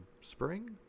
spring